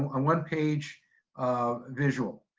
a one page um visual.